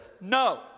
no